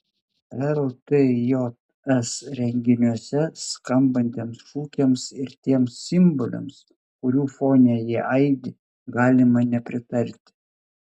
ltjs renginiuose skambantiems šūkiams ir tiems simboliams kurių fone jie aidi galima nepritarti